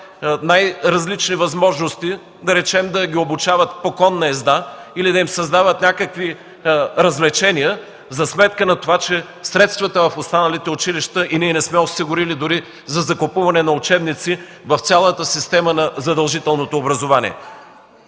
най-различни възможности – да речем, да ги обучават по конна езда или да им създават някакви развлечения за сметка на това, че средствата в останалите училища, ние не сме осигурили дори за закупуване на учебници в цялата система на задължителното образование.